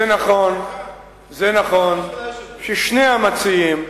זה נכון ששני המציעים,